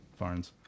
Farns